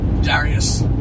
Darius